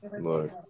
look